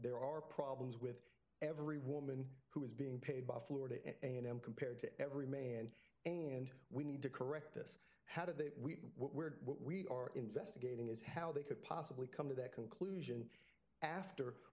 there are problems with every woman who is being paid by florida a and m compared to every man and we need to correct this how did they we were what we are investigating is how they could possibly come to that conclusion after